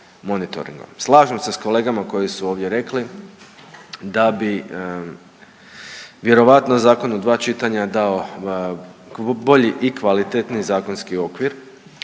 Slažem se s kolegama koji su ovdje rekli da bi vjerojatno zakon u dva čitanja dao bolji i kvalitetniji zakonski okvir,